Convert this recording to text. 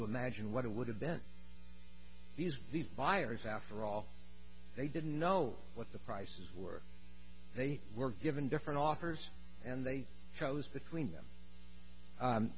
to imagine what it would invent these these buyers after all they didn't know what the prices were they were given different authors and they chose between them